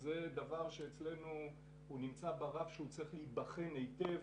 שזה דבר שאצלנו נמצא ברף שצריך להיבחן היטב.